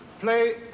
play